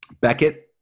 Beckett